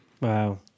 wow